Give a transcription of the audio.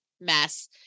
mess